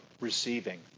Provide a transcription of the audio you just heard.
receiving